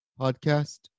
podcast